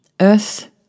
Earth